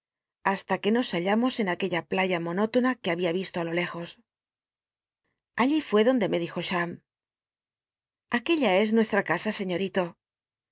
hasta que nos hallam os en aquella playa monótona que babia rislo li lo lejos allí fué clonde me dijo cham ac uclla es nueslm casa señorito